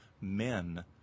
men